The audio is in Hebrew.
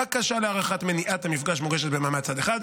בקשה להארכת מניעת המפגש מוגשת במעמד צד אחד,